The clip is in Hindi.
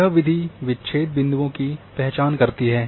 यह विधि विच्छेद बिंदुओं की पहचान करती है